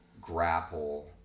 grapple